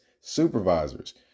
supervisors